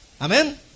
Amen